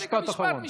משפט אחרון.